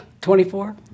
Twenty-four